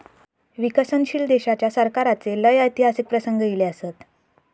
विकसनशील देशाच्या सरकाराचे लय ऐतिहासिक प्रसंग ईले असत